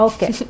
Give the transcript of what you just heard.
Okay